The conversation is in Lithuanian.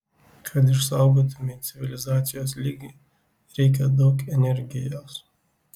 kad išsaugotumei civilizacijos lygį reikia daug energijos